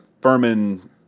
Furman